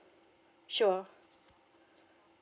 sure